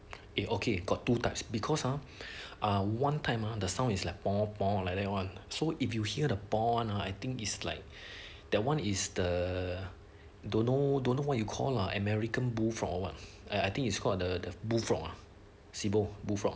eh okay got two types because ah ah one time ah the sound is like like that one so if you hear the one ah I think is like that one is the don't know don't know what you call lah american bullfrog or what I I think it's called the the bullfrog ah sibo bullfrog